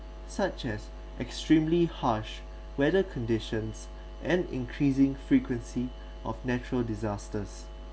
such as extremely harsh weather conditions and increasing frequency of natural disasters